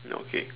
okay